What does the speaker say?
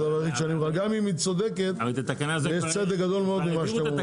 גם אם היא צודקת, יש צדק גדול במה שאתם אומרים.